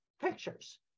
pictures